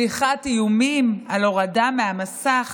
שליחת איומים על הורדה מהמסך